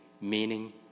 meaning